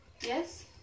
Yes